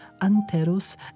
Anteros